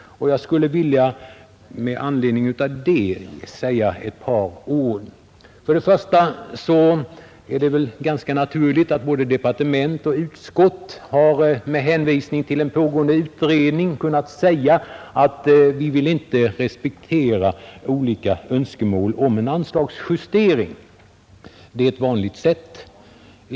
Med anledning därav vill jag säga ett par ord. Det är ganska naturligt att både departementet och utskottet med hänsyn till den pågående utredningen har förklarat sig inte kunna tillstyrka önskemålen om en anslagsjustering. Det är ett vanligt tillvägagångssätt.